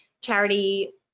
charity